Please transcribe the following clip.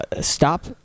stop